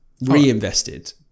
reinvested